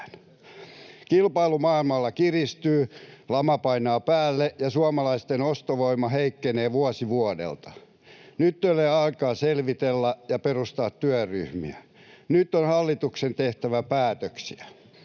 Kilpailu maailmalla kiristyy, lama painaa päälle, ja suomalaisten ostovoima heikkenee vuosi vuodelta. Nyt ei ole aikaa selvitellä ja perustaa työryhmiä. Nyt on hallituksen tehtävä päätöksiä.